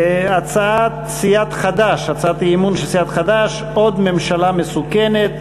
הצעת אי-אמון של סיעת חד"ש עוד ממשלה מסוכנת.